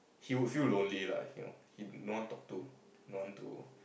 he would feel lonely lah you know he no one talk to no one